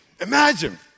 Imagine